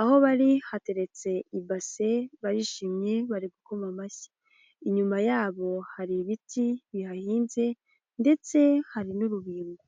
aho bari hateretse ibase, barishimye, bari gukoma amashyi, inyuma yabo hari ibiti bihahinze ndetse hari n'urubingo.